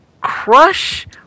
crush